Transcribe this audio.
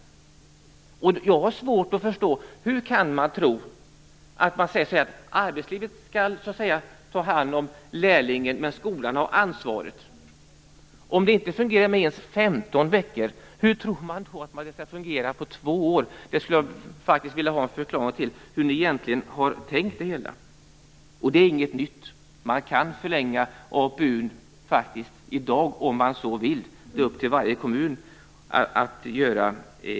Jag har svårt att förstå hur man kan tro att arbetslivet så att säga skall ta hand om lärlingen, men att skolan skall ha ansvaret. Om det inte fungerar med femton veckor, hur tror man då att det skall fungera med två år? Jag skulle vilja ha en förklaring på hur ni egentligen har tänkt er det hela. Det är inte heller något nytt. Man kan förlänga APU:n i dag om man så vill. Det är upp till varje kommun.